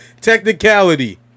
technicality